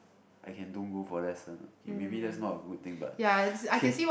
I can don't go for lesson okay maybe that's not a good thing but okay